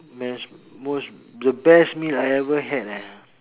most most the best meal I ever had ah